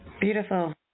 Beautiful